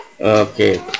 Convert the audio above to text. okay